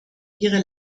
ihre